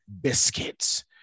biscuits